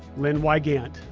lynn wygant,